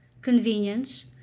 convenience